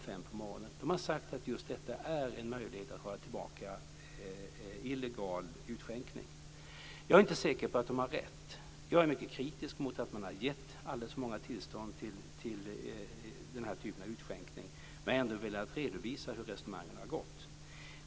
5 på morgonen har sagt att just detta är en möjlighet att hålla tillbaka illegal utskänkning. Jag är inte säker på att de har rätt. Jag är mycket kritisk till att man har gett alldeles för många tillstånd till den här typen av utskänkning, men jag har ändå velat redovisa hur resonemangen har gått.